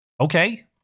Okay